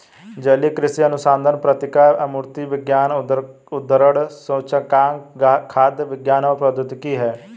जलीय कृषि अनुसंधान पत्रिका अमूर्त विज्ञान उद्धरण सूचकांक खाद्य विज्ञान और प्रौद्योगिकी है